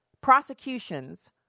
prosecutions